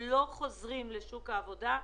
לא חוזרים לשוק העבודה.